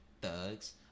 thugs